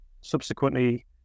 subsequently